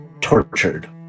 tortured